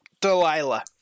Delilah